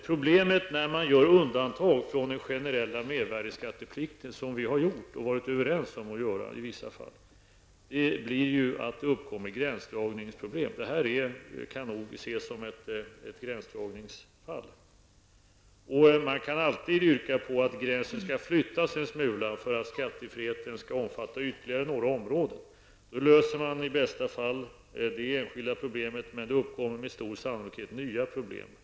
Problemet när man gör undantag från den generella mervärdeskatteplikten -- det har vi gjort och varit överens om att göra i vissa fall -- blir att det uppkommer gränsdragningsproblem. Detta kan nog ses som ett gränsdragningsfall. Man kan alltid yrka på att gränsen skall flyttas en smula för att skattefriheten skall omfatta ytterligare några områden. Då löser man i bästa fall det enskilda problemet, men det uppkommer med stor sannolikhet nya problem.